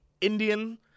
Indian